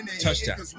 touchdown